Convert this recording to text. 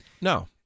No